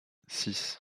six